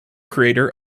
creator